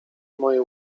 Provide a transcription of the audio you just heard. moje